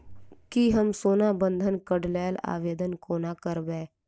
की हम सोना बंधन कऽ लेल आवेदन कोना करबै?